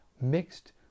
mixed